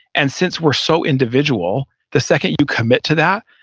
and since we're so individual, the second you commit to that,